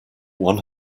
one